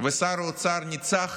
ושר האוצר ניצח